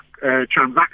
transaction